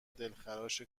دلخراش